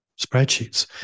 spreadsheets